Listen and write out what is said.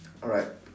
alright